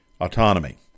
autonomy